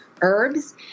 herbs